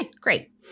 great